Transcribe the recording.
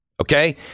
Okay